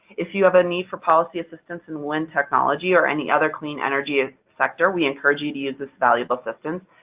if you have a need for policy assistance in wind technology or any other clean energy sector, we encourage you to use this valuable assistance.